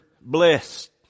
blessed